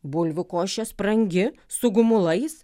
bulvių košė sprangi su gumulais